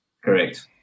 Correct